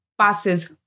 passes